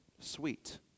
sweet